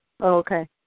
Okay